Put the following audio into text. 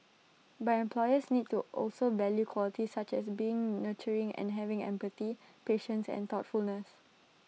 but employers needs to also value qualities such as being nurturing and having empathy patience and thoughtfulness